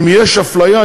אם יש אפליה,